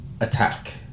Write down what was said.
Attack